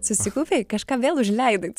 susikaupei kažką vėl užleidai